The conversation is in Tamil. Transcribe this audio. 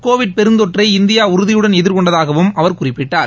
கோவிட் பெருந்தொற்றை இந்தியா உறுதியுடன் எதிர்கொண்டதாகவும் அவர் குறிப்பிட்டார்